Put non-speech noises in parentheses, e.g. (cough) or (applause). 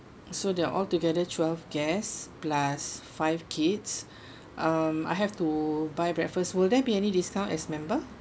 so there're altogether twelve guest plus five kids (breath) um I have to buy breakfast will there be any discount as member